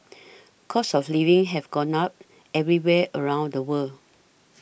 costs of living have gone up everywhere around the world